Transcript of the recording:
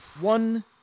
one